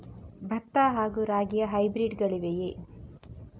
ಭತ್ತ ಹಾಗೂ ರಾಗಿಯ ಹೈಬ್ರಿಡ್ ಗಳಿವೆಯೇ?